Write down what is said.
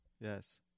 Yes